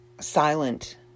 silent